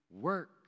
work